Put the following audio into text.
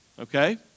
Okay